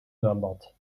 zwembad